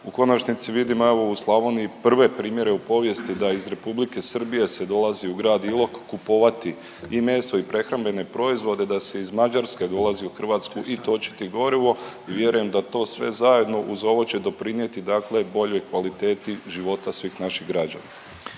U konačnici vidim evo u Slavoniji prve primjere u povijesti da iz Republike Srbije se dolazi u grad Ilok kupovati i meso i prehrambene proizvode, da se iz Mađarske dolazi u Hrvatsku i točiti gorivo i vjerujem da to sve zajedno uz ovo će doprinijeti dakle boljoj kvaliteti života svih naših građana.